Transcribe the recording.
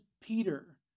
Peter